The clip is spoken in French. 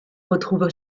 retrouve